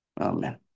amen